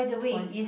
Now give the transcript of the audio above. twice